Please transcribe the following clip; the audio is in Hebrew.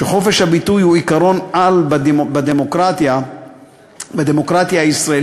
שחופש הביטוי הוא עקרון-על בדמוקרטיה הישראלית,